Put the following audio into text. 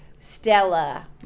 Stella